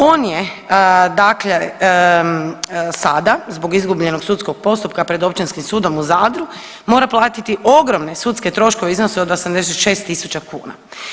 On je sada zbog izgubljenog sudskog postupka pred Općinskim sudom u Zadru mora platiti ogromne sudske troškove u iznosu od 86.000 kuna.